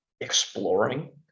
exploring